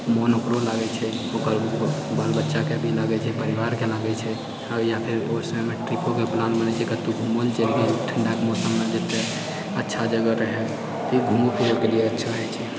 मन ओकरो लागैत छै ओकर बाल बच्चाकेँ भी लागैत छै परिवारके लागैत छै या फेर ओ समयमे अगर ट्रिपोके प्लान बनै छै कतहुँ घूमऽला चलि गेल ठण्डा के मौसममे जे अच्छा जगह रहए घुमए फिरएके लिए अच्छा रहैत छै